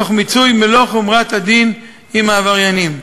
תוך מיצוי מלוא חומרת הדין עם העבריינים.